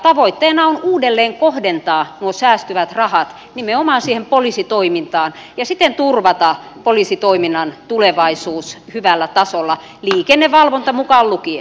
tavoitteena on uudelleen kohdentaa nuo säästyvät rahat nimenomaan siihen poliisitoimintaan ja siten turvata poliisitoiminnan tulevaisuus hyvällä tasolla liikennevalvonta mukaan luki